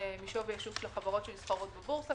משווי השוק של החברות שנסחרות בבורסה,